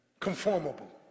conformable